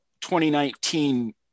2019